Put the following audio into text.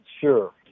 sure